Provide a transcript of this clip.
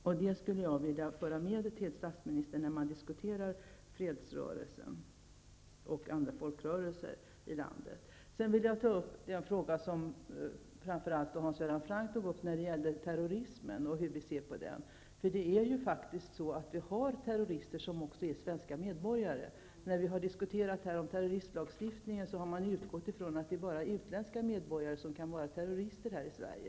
Det här skulle jag vilja att statsministern tar med när man diskuterar fredsrörelsen och andra folkrörelser i landet. Sedan vill jag ta upp den fråga som framför allt Hans Göran Franck berörde, nämligen terrorismen och vår syn på denna. Vi har ju svenska medborgare som är terrorister. Vid diskussionen om terroristlagstiftning har man utgått ifrån att det bara är utländska medborgare som kan vara terrorister här i Sverige.